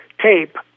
tape